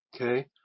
Okay